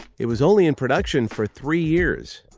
it was only in production for three years.